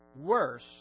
worse